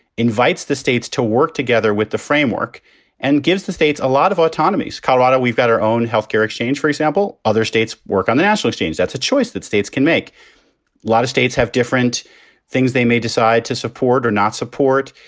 invites the states to work together with the framework and gives the states a lot of autonomy. colorado, we've got our own health care exchange, for example. other states work on the national scene. that's a choice that states can make. a lot of states have different things they may decide to support or not support.